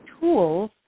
tools